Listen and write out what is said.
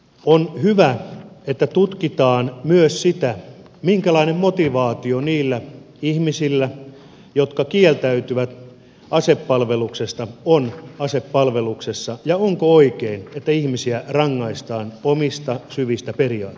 on hyvä että tutkitaan myös minkälainen motivaatio on niillä ihmisillä jotka kieltäytyvät asepalveluksesta ja onko oikein että ihmisiä rangaistaan omista syvistä periaatteista